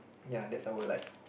ya that's our life